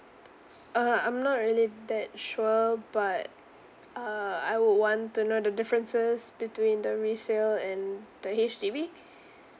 uh I'm not really that sure but uh I would want to know the differences between the resale and the H_D_B